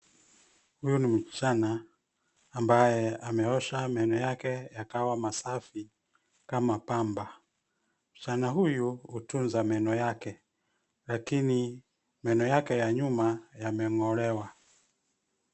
Huyu ni msichana, ambaye ameosha meno yake yakawa masafi, kama pamba. Msichana huyu, hutunza meno yake. Lakini, meno yake ya nyuma yameng'olewa.